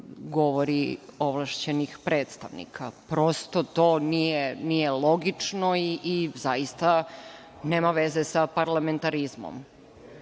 govori ovlašćenih predstavnika. Prosto to nije logično i zaista nema veze sa parlamentarizmom.